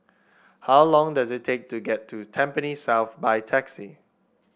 how long does it take to get to Tampines South by taxi